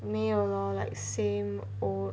没有 lor like same old